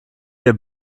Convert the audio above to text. wir